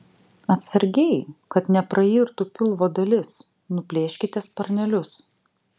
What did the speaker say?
atsargiai kad neprairtų pilvo dalis nuplėškite sparnelius